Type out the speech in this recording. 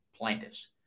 plaintiffs